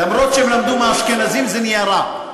אף-על-פי שהם למדו מהאשכנזים, זה נהיה רע.